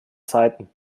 zeiten